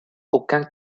aucun